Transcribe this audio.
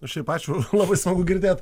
o šiaip ačiū labai smagu girdėt